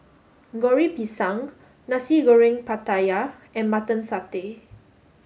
Goreng Pisang Nasi Goreng Pattaya and Mutton Satay